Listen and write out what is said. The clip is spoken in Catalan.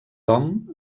tom